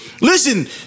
Listen